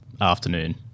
afternoon